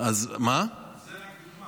זה רק דוגמה.